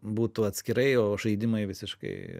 būtų atskirai o žaidimai visiškai